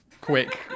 quick